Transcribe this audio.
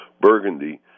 Burgundy